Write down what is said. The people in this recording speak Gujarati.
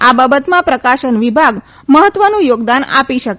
આ બાબતમાં પ્રકાશન વિભાગ મહત્વનું યોગદાન આપી શકે